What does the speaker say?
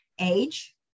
age